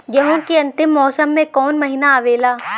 गेहूँ के अंतिम मौसम में कऊन महिना आवेला?